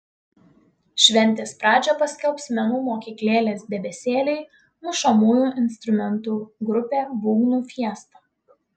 šventės pradžią paskelbs menų mokyklėlės debesėliai mušamųjų instrumentų grupė būgnų fiesta